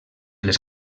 les